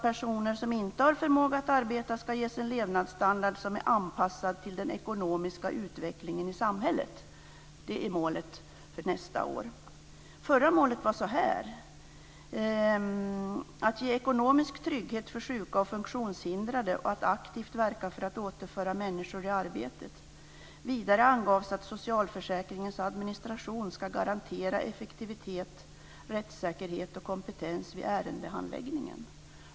Personer som inte har förmåga att arbeta ska ges en levnadsstandard som är avpassad till den ekonomiska utvecklingen i samhället. Det är målet för nästa år. Det förra målet var så här: Att ge ekonomisk trygghet för sjuka och funktionshindrade och att aktivt verka för att återföra människor i arbetet. Vidare angavs att socialförsäkringens administration ska garantera effektivitet, rättssäkerhet och kompetens vid ärendehandläggningen.